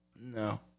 No